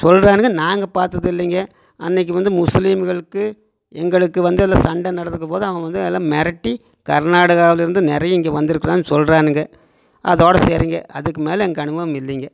சொல்கிறானுங்க நாங்கள் பார்த்ததில்லைங்க அன்னைக்கி வந்து முஸ்லீம்களுக்கு எங்களுக்கு வந்து அதில் சண்டை நடந்துக்கம்போது அவன் வந்து எல்லாம் மிரட்டி கர்நாடகாவிலருந்து நிறைய இங்கே வந்திருக்கானுங்க சொல்கிறானுங்க அதோடய சரிங்க அதுக்கு மேலே எனக்கு அனுபவம் இல்லைங்க